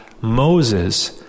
Moses